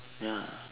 ya